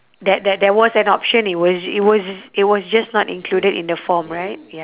that that there was an option it was it was it was just not included in the form right ya